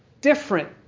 different